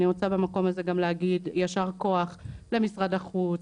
אני רוצה במקום הזה גם להגיד יישר כוח למשרד החוץ,